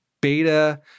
beta